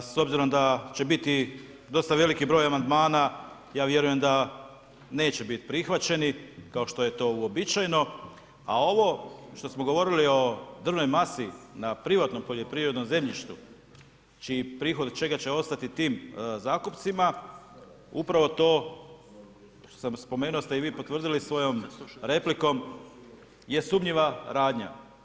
S obzirom da će biti dosta veliki broj amandmana, ja vjerujem da neće biti prihvaćeni kao što je to uobičajeno a ovo što smo govorili o drvnoj masi na privatnom poljoprivrednom zemljištu čiji prihod od čega će ostati tim zakupcima, upravo to što sam i spomenuo ste i vi potvrdili svojom replikom je sumnjiva radnja.